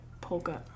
polka